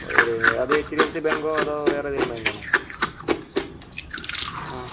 ഓ ഇവിടെനിന്ന് അത് H D F C ബാങ്കോ അതോ വേറെ ഏതെങ്കിലും ബാങ്ക് ആണോ ആ